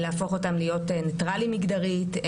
להפוך אותם להיות ניטרליים מגדרית.